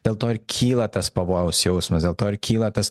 dėl to ir kyla tas pavojaus jausmas dėl to ir kyla tas